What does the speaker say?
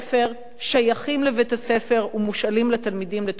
שייכים לבית-הספר ומושאלים לתלמידים לטובת הלימוד.